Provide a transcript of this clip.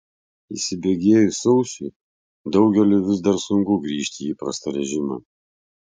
įsibėgėjus sausiui daugeliui vis dar sunku grįžti į įprastą režimą